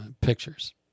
pictures